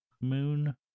moon